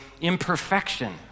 imperfection